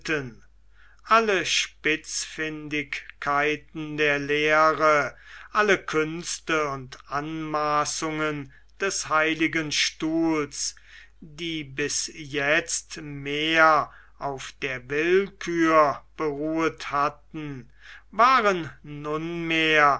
alle spitzfindigkeiten der lehre alle künste und anmaßungen des heiligen stuhls die bis jetzt mehr auf der willkür beruht hatten waren nunmehr